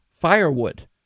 Firewood